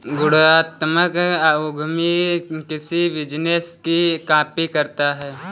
गुणात्मक उद्यमी किसी बिजनेस की कॉपी करता है